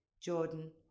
Jordan